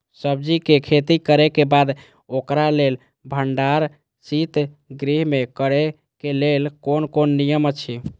सब्जीके खेती करे के बाद ओकरा लेल भण्डार शित गृह में करे के लेल कोन कोन नियम अछि?